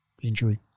injury